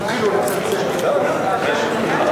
סעיפים 1